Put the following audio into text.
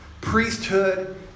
priesthood